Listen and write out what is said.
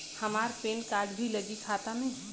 हमार PAN card भी लगी खाता में?